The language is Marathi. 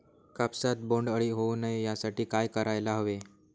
कापसात बोंडअळी होऊ नये यासाठी काय करायला हवे?